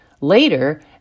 Later